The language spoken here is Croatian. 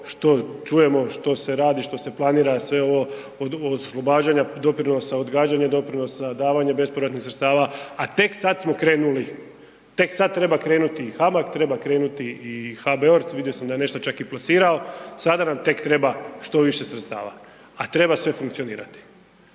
što čujemo, što se radi, što se planira sve ovo od oslobađanja doprinosa, odgađanja doprinosa, davanja bespovratnih sredstava, a tek sad smo krenuli, tek sad treba krenuti i HMAG, treba krenuti i HBOR, vidio sam da je čak nešto i plasirao, sada nam tek treba što više sredstava, a treba sve funkcionirati.